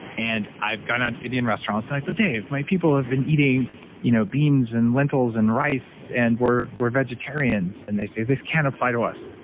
and i've gone on to indian restaurants and like, but, dave, my people have been eating you know beans and lentils and rice and we're we're vegetarians. and they say, this can't apply to us.